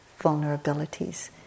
vulnerabilities